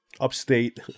upstate